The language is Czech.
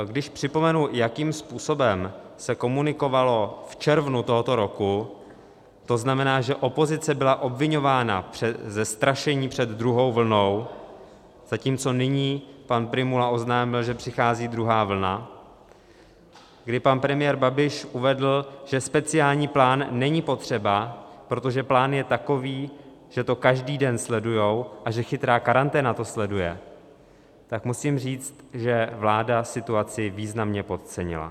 Když připomenu, jakým způsobem se komunikovalo v červnu tohoto roku, to znamená, že opozice byla obviňována ze strašení před druhou vlnou, zatímco nyní pan Prymula oznámil, že přichází druhá vlna, kdy pan premiér Babiš uvedl, že speciální plán není potřeba, protože plán je takový, že to každý den sledují a že chytrá karanténa to sleduje, tak musím říct, že vláda situaci významně podcenila.